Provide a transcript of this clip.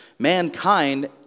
mankind